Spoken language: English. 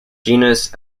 genus